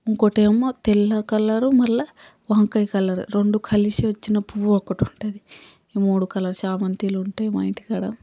ఇంకోటేమో తెల్ల కలరు మళ్ళీ వంకాయ కలరు రెండు కలిసి వచ్చిన పువ్వు ఒకటి ఉంటుంది ఈ మూడు కలర్సు చామంతిలో ఉంటాయి మా ఇంటికాడ